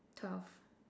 twelve